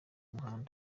kubitwara